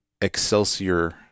Excelsior